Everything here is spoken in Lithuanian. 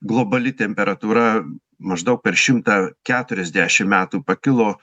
globali temperatūra maždaug per šimtą keturiasdešim metų pakilo